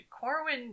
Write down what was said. Corwin